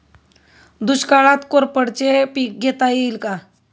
दुष्काळात कोरफडचे पीक घेता येईल का?